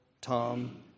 Tom